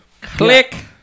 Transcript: Click